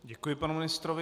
Děkuji panu ministrovi.